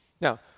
Now